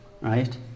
Right